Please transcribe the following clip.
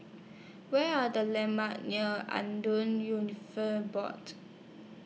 Where Are The landmarks near Board